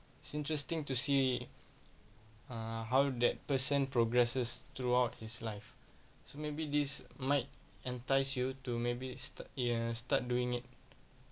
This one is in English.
it's interesting to see err how that person progresses throughout his life so maybe this might entice you to maybe st~ err start doing it